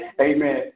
Amen